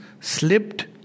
slipped